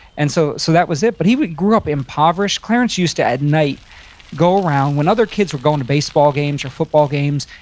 and so so that was it. but he grew up impoverished. clarence used to at night go around, when other kids were going to baseball games or football games,